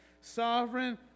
Sovereign